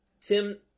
Tim